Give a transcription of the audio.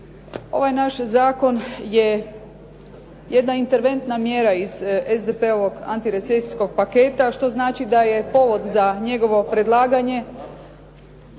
ovaj naš zakon je jedna interventna mjera iz SDP-ovog antirecesijskog paketa, što znači da je povod za njegovo predlaganje